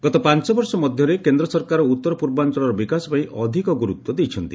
ଗତ ପାଞ୍ଚବର୍ଷ ମଧ୍ୟରେ କେନ୍ଦ୍ର ସରକାର ଉତ୍ତର ପୂର୍ବାଞ୍ଚଳର ବିକାଶ ପାଇଁ ଅଧିକ ଗୁରୁତ୍ୱ ଦେଇଛନ୍ତି